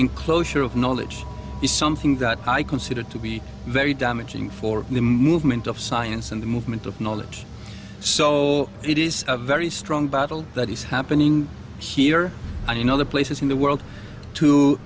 enclosure of knowledge is something that i consider to be very damaging for the movement of science and the movement of knowledge so it is a very strong battle that is happening here and in other places in the world to